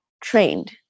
trained